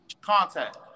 contact